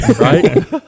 right